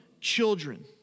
children